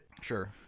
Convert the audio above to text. Sure